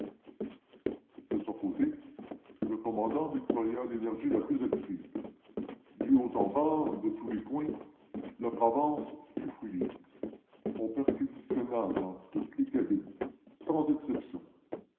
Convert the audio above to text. de son côté le commandant déploya l'énergie la plus active du haut en bas en tous les coins la provence fut fouillée on perquisitionna dans toutes les cabines sans exception